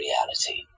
reality